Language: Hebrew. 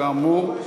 כאמור.